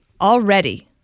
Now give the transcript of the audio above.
already